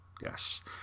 yes